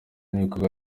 n’ibikorwa